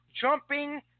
Jumping